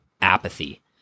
apathy